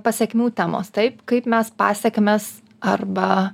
pasekmių temos taip kaip mes pasekmes arba